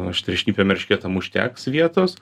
aštriašnipiam eršketam užteks vietos